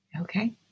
Okay